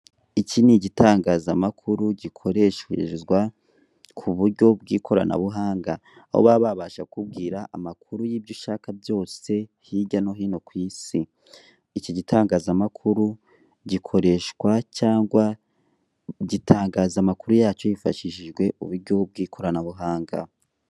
Iki ni igitangazamakuru gikoresherezwa ku buryo bw'ikoranabuhanga, aho baba babasha kukubwira amakuru y'ibyo ushaka byose hirya no hino ku Isi. Iki gitangazanakuru gikoreshwa cyangwa gitangaza amakuru yacyo hifashishijwe uburyo bw'ikoranabuhanga.